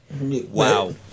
Wow